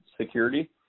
security